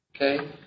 Okay